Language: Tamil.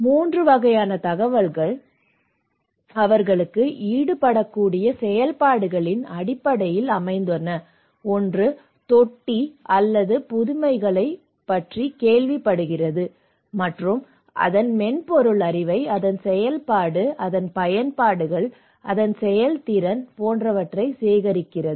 மூன்று வகையான தகவல்கள் அவர்கள் ஈடுபடக்கூடிய செயல்பாடுகளின் அடிப்படையில் அமைந்தன ஒன்று தொட்டி அல்லது புதுமைகளைப் பற்றி கேள்விப்படுகிறது மற்றும் அதன் மென்பொருள் அறிவை அதன் செயல்பாடு அது பயன்பாடுகள் அதன் செயல்திறன் போன்றவற்றை சேகரிக்கிறது